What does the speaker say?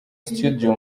studio